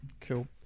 cool